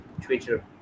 twitter